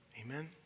Amen